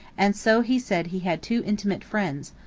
and so he said he had two intimate friends,